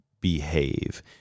behave